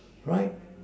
right